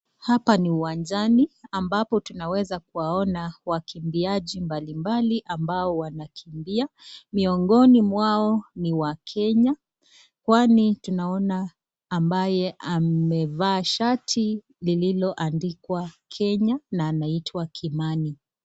Hapa ni uwanjani ambapo tunaweza kuwaona wakimbiaji mbali mbali ambao wanakimbia miongoni mwao ni wakenya kwani tunaona ambaye amevaa shati lililo andikwa Kenya na anaitwa Kimani.